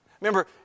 Remember